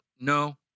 No